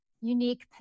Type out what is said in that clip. unique